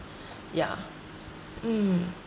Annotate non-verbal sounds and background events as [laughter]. [breath] yeah mm